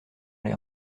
les